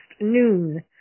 Noon